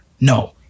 no